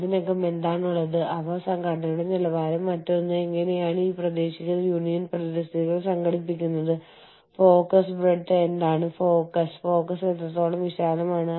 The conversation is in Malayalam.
അതിനാൽ നമ്മൾക്ക് ഇന്ത്യയെപ്പോലെ വിലകുറഞ്ഞ ലൊക്കേഷനുകൾ എന്ന് വിളിക്കപ്പെടുന്ന സ്ഥലങ്ങളിലേക്ക് മാറിക്കൊണ്ടിരിക്കുന്ന ബിസിനസ് പ്രോസസ് ഔട്ട്സോഴ്സിംഗ് ഓർഗനൈസേഷനുകൾ ലോകത്ത് ഉണ്ട്